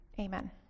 Amen